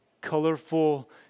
colorful